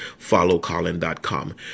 followcolin.com